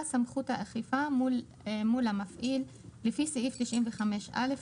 סמכות האכיפה מול המפעיל לפי סעיף 95(א)